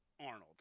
Arnold